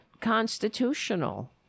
constitutional